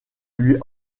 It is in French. lui